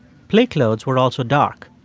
play clothes were also dark.